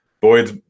Boyd's